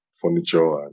furniture